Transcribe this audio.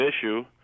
issue